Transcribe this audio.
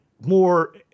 more